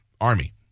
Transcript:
Army